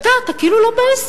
אבל אתה כאילו לא בעסק.